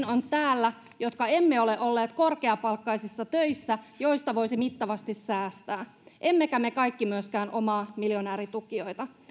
on meitäkin jotka emme ole olleet korkeapalkkaisissa töissä joista voisi mittavasti säästää emmekä me kaikki myöskään omaa miljonääritukijoita